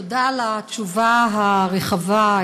תודה על התשובה הרחבה,